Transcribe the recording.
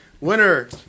Winner